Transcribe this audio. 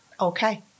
okay